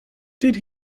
did